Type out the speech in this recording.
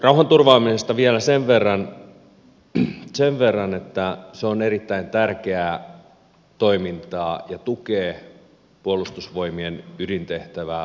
rauhanturvaamisesta vielä sen verran että se on erittäin tärkeää toimintaa ja tukee puolustusvoimien ydintehtävää osaltaan